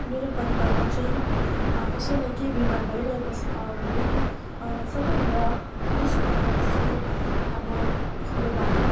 मेरो परिवारमा चाहिँ कसैलाई केही बिमार भइरहेको छ भने सबैभन्दा बेसी पकाउने चाहिँ अब खोले भात हो